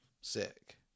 Sick